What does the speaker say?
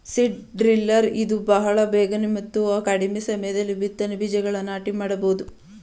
seed driller ಇಂದ ಬಹಳ ಬೇಗನೆ ಮತ್ತು ಕಡಿಮೆ ಸಮಯದಲ್ಲಿ ಬಿತ್ತನೆ ಬೀಜಗಳನ್ನು ನಾಟಿ ಮಾಡಬೋದು